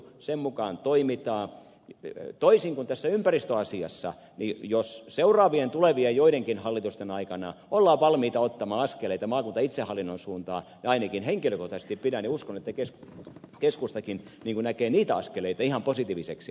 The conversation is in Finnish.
toisin kuin tässä ympäristöasiassa ainakin henkilökohtaisesti uskon että jos joidenkin tulevien hallitusten aikana ollaan valmiita ottamaan askeleita maakuntaitsehallinnon suuntaan ainakin henkilökohtaisesti pidän uskon että kesk niin keskustakin näkee ne askelet ihan positiivisiksi askeleiksi